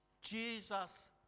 Jesus